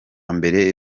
mbere